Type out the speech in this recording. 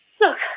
Look